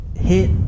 hit